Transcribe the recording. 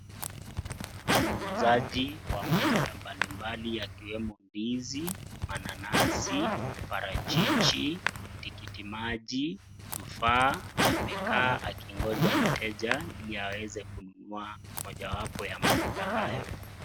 Muuzaji wa matunda mbalimbali yakiwemo ndizi, mananasi, parachichi, tikiti maji, tufaa amekaa akigonja mteja ili aweze kununua mojawapo ya matunda hayo.